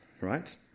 right